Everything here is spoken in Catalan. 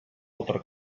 altra